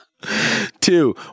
Two